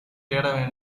தேட